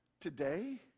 Today